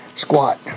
squat